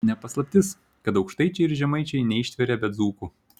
ne paslaptis kad aukštaičiai ir žemaičiai neištveria be dzūkų